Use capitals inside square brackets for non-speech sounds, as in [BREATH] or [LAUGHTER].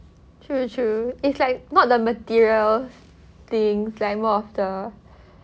true true is like not the material things like more of the [BREATH]